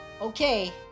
okay